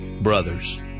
BROTHERS